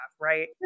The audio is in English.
right